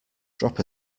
drop